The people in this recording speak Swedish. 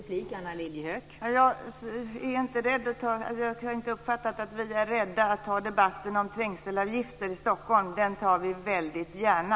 Fru talman! Vi är inte rädda för att ta debatten om trängselavgifter i Stockholm. Den tar vi väldigt gärna.